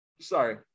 sorry